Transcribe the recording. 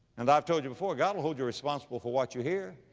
and i've told you before, god will hold you responsible for what you hear.